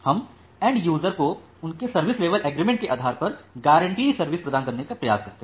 हम end user को उनके सर्विस लेवल एग्रीमेंट के आधार पर गारंटी सर्विस प्रदान करने का प्रयास करते हैं